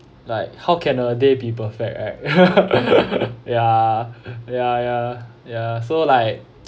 like how can a day be perfect right ya ya ya ya so like